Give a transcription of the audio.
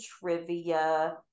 trivia